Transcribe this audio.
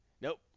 Nope